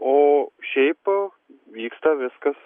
o šiaip vyksta viskas